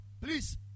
please